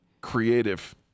creative